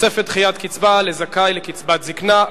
תוספת דחיית קצבה לזכאי לקצבת זיקנה),